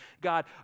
God